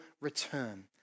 return